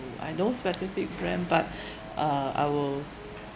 I no specific brand but uh I will